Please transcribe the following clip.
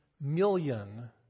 million